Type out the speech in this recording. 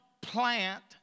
plant